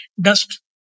dust